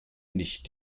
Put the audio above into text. nicht